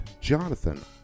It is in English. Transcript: Jonathan